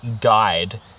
died